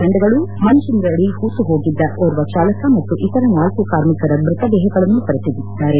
್ ತಂಡಗಳು ಮಂಜಿನಡಿ ಹೂತುಹೋಗಿದ್ದ ಓರ್ವ ಚಾಲಕ ಮತ್ತು ಇತರ ನಾಲ್ಲು ಕಾರ್ಮಿಕರ ಮೃತದೇಹಗಳನ್ನು ಹೊರತೆಗೆದಿದ್ದಾರೆ